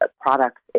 products